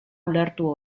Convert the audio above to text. ulertu